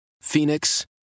Phoenix